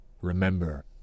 Remember